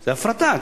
זה הפרטה.